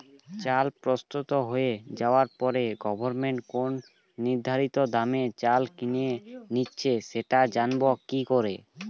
চাল প্রস্তুত হয়ে যাবার পরে গভমেন্ট কোন নির্ধারিত দামে চাল কিনে নিচ্ছে সেটা জানবো কি করে?